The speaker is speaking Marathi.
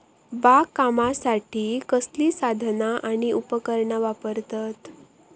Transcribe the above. बागकामासाठी कसली साधना आणि उपकरणा वापरतत?